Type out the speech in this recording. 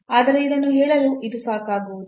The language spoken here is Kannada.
ಆದರೆ ಇದನ್ನು ಹೇಳಲು ಇದು ಸಾಕಾಗುವುದಿಲ್ಲ